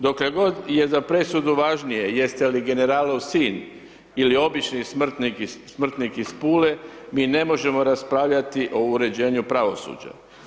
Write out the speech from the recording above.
Dokle god je za presudu važnije jeste li generalov sin ili obični smrtnik iz Pule mi ne možemo raspravljati o uređenju pravosuđa.